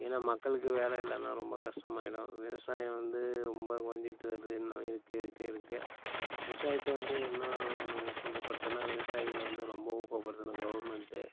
ஏன்னா மக்களுக்கு வேலை இல்லைன்னா ரொம்ப கஷ்டமாகிடும் விவசாயம் வந்து ரொம்ப குறஞ்சிட்டு வருது இன்னும் இருக்க இருக்க இருக்க விவசாயத்தை வந்து இன்னும் ஊக்குக்குப்படுத்துன்னா விவசாயிகளை வந்து ரொம்ப ஊக்கப்படுத்தணும் கவுர்மெண்ட்டு